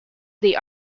they